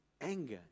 anger